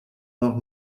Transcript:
noch